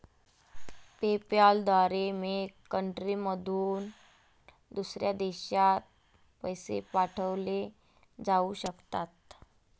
PayPal द्वारे make कंट्रीमधून दुसऱ्या देशात पैसे पाठवले जाऊ शकतात